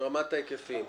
ברמת ההיקפים.